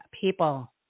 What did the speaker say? people